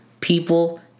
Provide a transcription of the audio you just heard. people